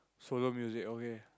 solo music okay